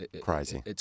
crazy